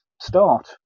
start